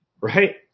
Right